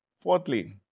Fourthly